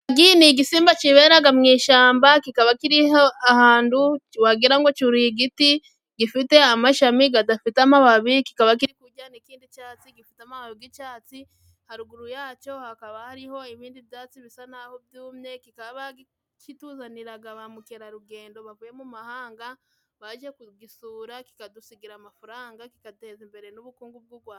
Ingagi ni igisimba kiberaga mu ishyamba kikaba kiriho ahantu wagirango ngo cyuriye igiti gifite amashami gadafite amababi. Kikaba kiri n'ikindi indi cyatsi gifite amababi g'icyatsi, haruguru yacyo hakaba hariho ibindi byatsi bisa naho byumye. Kikaba kituzaniraga ba mukerarugendo bavuye mu mahanga baje kugisura, kikadusigira amafaranga, kigateza imbere n'ubukungu bw'u Rwanda.